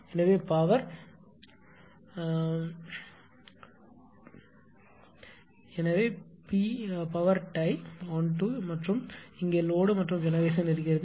எனவே power P டை 12 மற்றும் இங்கே லோடு மற்றும் ஜெனெரேஷன் இருக்கிறது